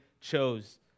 chose